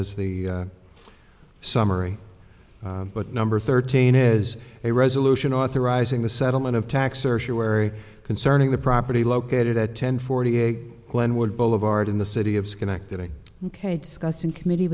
as the summary but number thirteen is a resolution authorizing the settlement of tax or she wary concerning the property located at ten forty eight glenwood boulevard in the city of schenectady ok discussed in committee